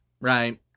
right